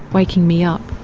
waking me up.